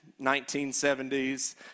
1970s